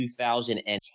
2010